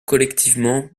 collectivement